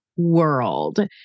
world